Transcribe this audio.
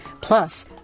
Plus